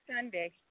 Sunday